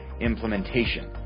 implementation